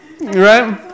Right